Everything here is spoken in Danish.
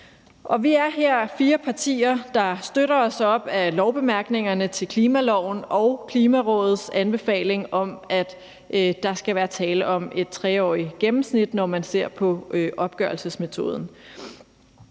Vi er her fire partier, der støtter os op ad lovbemærkningerne til klimaloven og Klimarådets anbefaling om, at der skal være tale om et 3-årigt gennemsnit, når man ser på opgørelsesmetoden.